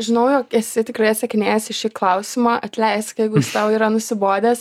žinau jog esi tikrai atsakinėjęs į šį klausimą atleisk jeigu jis tau yra nusibodęs